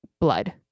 blood